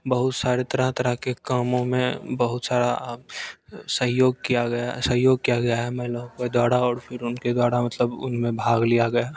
बहुत सारे तरह तरह के कामों में बहुत सारा सहयोग किया सहयोग किया गया है महिलओं के द्वारा फिर उनके गाढ़ा मतलब उनमें भाग लिया गया